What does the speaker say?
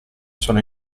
sono